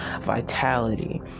vitality